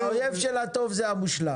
אבל, סימון, האויב של הטוב זה המושלם.